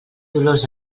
dolors